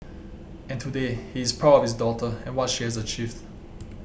and today he is proud of his daughter and what she has achieved